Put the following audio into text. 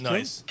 Nice